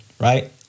Right